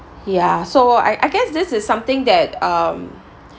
ya so I I guess this is something that um